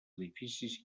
edificis